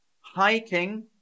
hiking